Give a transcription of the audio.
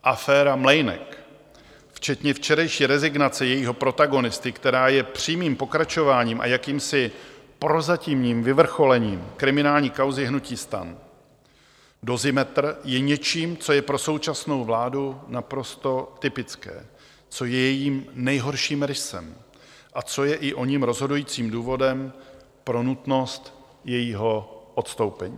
Aféra Mlejnek včetně včerejší rezignace jejího protagonisty, která je přímým pokračováním a jakýmsi prozatímním vyvrcholením kriminální kauzy hnutí STAN Dozimetr, je něčím, co je pro současnou vládu naprosto typické, co je jejím nejhorším rysem a co je i oním rozhodujícím důvodem pro nutnost jejího odstoupení.